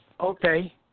okay